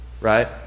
right